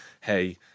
hey